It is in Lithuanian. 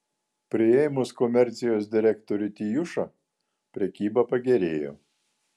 priėmus komercijos direktorių tijušą prekyba pagerėjo